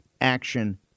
action